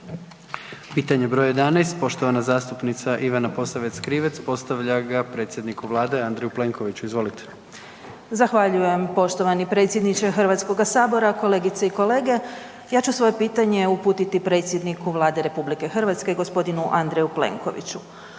Pitanje broj 11. poštovana zastupnica Ivana Posavec Krivec postavlja ga predsjedniku Vlade Andreju Plenkoviću. Izvolite. **Posavec Krivec, Ivana (SDP)** Zahvaljujem poštovani predsjedniče Hrvatskoga sabora. Kolegice i kolege ja ću svoje pitanje uputiti predsjedniku Vlade RH gospodinu Andreju Plenkoviću.